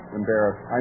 embarrassed